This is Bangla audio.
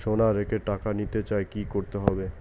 সোনা রেখে টাকা নিতে চাই কি করতে হবে?